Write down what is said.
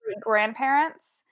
grandparents